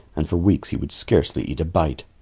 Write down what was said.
and for weeks he would scarcely eat a bite.